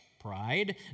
pride